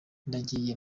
ndagiye